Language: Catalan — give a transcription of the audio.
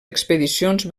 expedicions